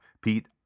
Pete